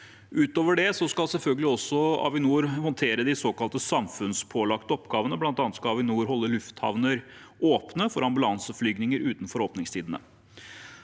Utover det skal Avinor selvfølgelig også håndtere de såkalte samfunnspålagte oppgavene. Blant annet skal Avinor holde lufthavner åpne for ambulanseflyvninger utenfor åpningstidene.